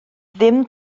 ddim